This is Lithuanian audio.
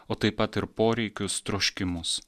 o taip pat ir poreikius troškimus